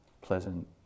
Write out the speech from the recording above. Pleasant